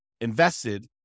invested